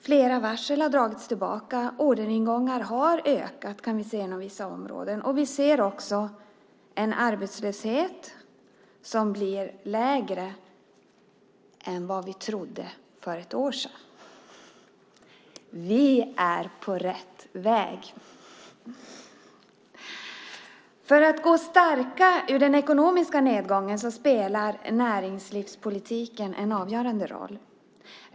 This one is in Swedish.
Flera varsel har dragits tillbaka, antalet orderingångar har ökat, det kan vi se inom vissa områden, och vi ser också en arbetslöshet som blir lägre än vad vi trodde för ett år sedan. Vi är på rätt väg. För att vi ska gå starka ur den ekonomiska nedgången spelar näringslivspolitiken en avgörande roll.